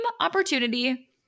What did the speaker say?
opportunity